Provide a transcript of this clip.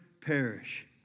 perish